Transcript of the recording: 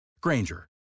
Granger